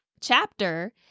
chapter